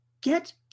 Get